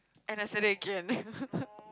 and I said it again